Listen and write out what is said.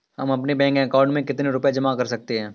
हम अपने bank account में कितने रुपये जमा कर सकते हैं?